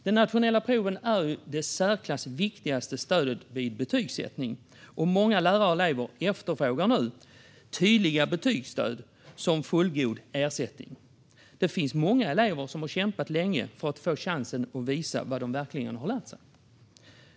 De nationella proven är det i särklass viktigaste stödet vid betygsättning. Många lärare och elever efterfrågar nu tydliga betygsstöd som fullgod ersättning. Det finns många elever som har kämpat länge för att få chansen att verkligen visa vad de har lärt sig.